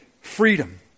freedom